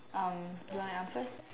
um do I answer